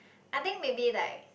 I think maybe like